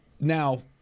Now